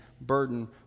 burden